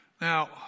Now